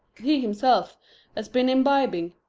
he himself has been imbibing.